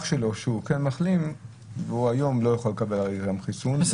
אח שלו שהוא כן מחלים והוא היום לא יכול לקבל הרי גם חיסון,